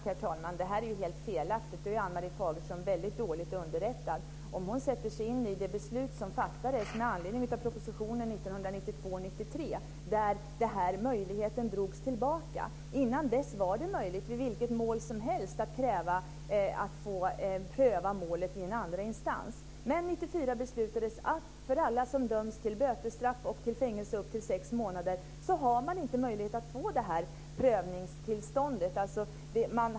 Herr talman! Det här är ju helt felaktigt. Ann Marie Fagerström är väldigt dåligt underrättad. Hon kan sätta sig in i det beslut som fattades med anledning av propositionen 1992/93 där den här möjligheten drogs tillbaka. Innan dess var det möjligt vid vilket mål som helst att kräva att få pröva målet i en andra instans, men 1994 beslutades att alla som döms till bötesstraff och till fängelse upp till sex månader inte skulle ha möjlighet att få det här prövningstillståndet.